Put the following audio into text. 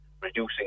reducing